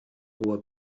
hohe